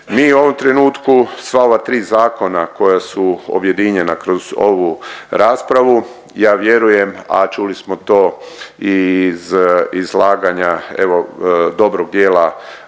Mi u ovom trenutku sva ova tri zakona koja su objedinjena kroz ovu raspravu, ja vjerujem, a čuli smo to i iz izlaganja evo dobrog dijela